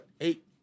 eight